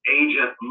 agent